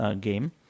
game